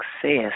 success